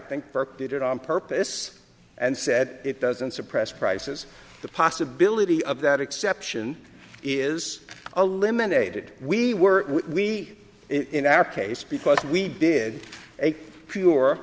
burke did it on purpose and said it doesn't suppress prices the possibility of that exception is a limit a did we were we in our case because we did a pure